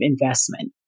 investment